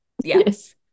Yes